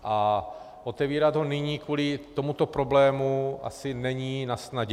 A otevírat ho nyní kvůli tomuto problému asi není nasnadě.